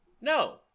No